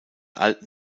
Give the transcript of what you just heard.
alten